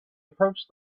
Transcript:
approached